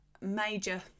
major